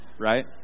right